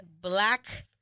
black